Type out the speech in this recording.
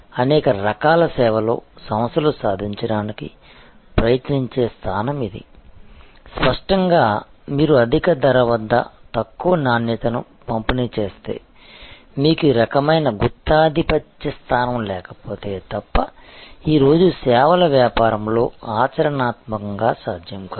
అనేక రకాల సేవలలో సంస్థలు సాధించడానికి ప్రయత్నించే స్థానం ఇది స్పష్టంగా మీరు అధిక ధర వద్ద తక్కువ నాణ్యతను పంపిణీ చేస్తే మీకు ఈ రకమైన గుత్తాధిపత్య స్థానం లేకపోతే తప్ప ఈ రోజు సేవల వ్యాపారంలో ఆచరణాత్మకంగా సాధ్యం కాదు